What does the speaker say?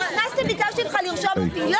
אני ביקשתי ממך לרשום אותי.